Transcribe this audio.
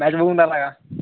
match बघून राहिला का